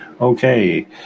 Okay